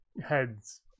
heads